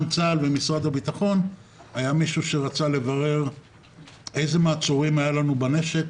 צה"ל ומשרד הביטחון היה מישהו שרצה לברר איזה מעצורים היו לנו בנשק,